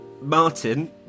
Martin